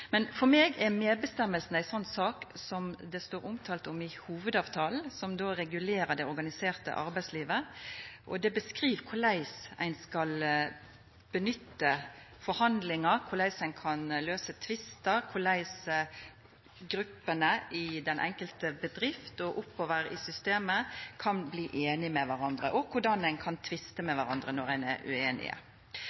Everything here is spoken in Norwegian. Men for meg er medbestemminga ei slik sak som står omtalt i hovudavtala som regulerer det organiserte arbeidslivet, og som beskriv korleis ein skal nytta forhandlingar, korleis ein kan løysa tvistar, korleis gruppene i den enkelte bedrifta og oppover i systemet kan bli einige med kvarandre, og korleis ein kan